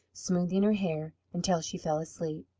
smoothing her hair, until she fell asleep.